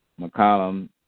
McCollum